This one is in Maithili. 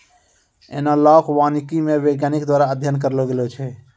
एनालाँक वानिकी मे वैज्ञानिक द्वारा अध्ययन करलो गेलो छै